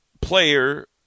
player